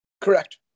Correct